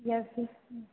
yes